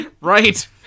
right